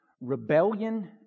Rebellion